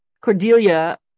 cordelia